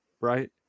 right